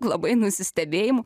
labai nusistebėjimų